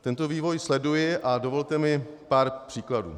Tento vývoj sleduji a dovolte mi pár příkladů.